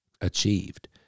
achieved